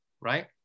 right